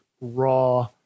raw